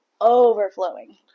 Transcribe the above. overflowing